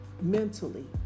mentally